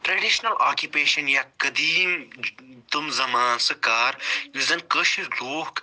traditional occupation یا قدیٖم تِم زَمانہٕ سُہ کار یُس زَن کٲشِر لوٗکھ